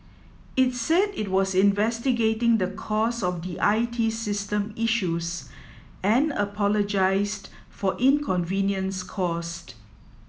it said it was investigating the cause of the I T system issues and apologised for inconvenience caused